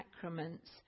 sacraments